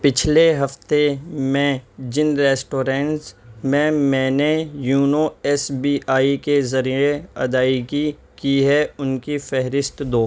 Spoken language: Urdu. پچھلے ہفتے میں جن ریسٹورینس میں میں نے یونو ایس بی آئی کے ذریعے ادائیگی کی ہے ان کی فہرست دو